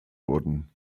wurden